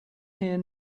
here